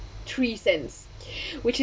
three cents which i~